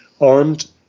armed